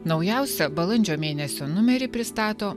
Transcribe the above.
naujausio balandžio mėnesio numerį pristato